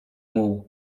muł